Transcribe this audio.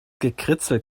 gekritzel